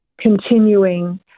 continuing